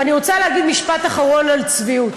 ואני רוצה להגיד משפט אחרון על צביעות,